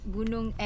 Gunung